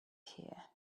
here